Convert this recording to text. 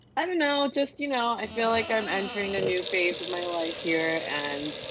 and no, just, you know, i feel like i'm entering a new phase of my life here and.